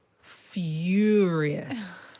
furious